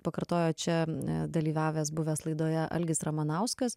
pakartojo čia dalyvavęs buvęs laidoje algis ramanauskas